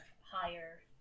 higher